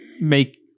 make